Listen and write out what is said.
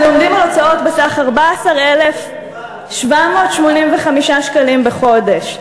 אנחנו עומדים על הוצאות בסך 14,785 שקלים בחודש.